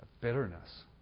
bitterness